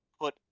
put